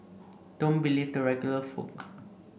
don't believe the regular folk